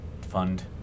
fund